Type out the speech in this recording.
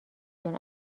جان